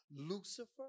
Lucifer